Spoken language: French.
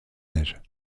neige